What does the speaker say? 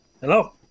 Hello